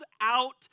out